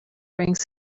bring